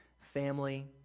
family